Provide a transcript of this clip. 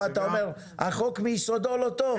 כאן אתה אומר שהחוק מיסודו לא טוב.